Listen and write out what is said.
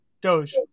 doge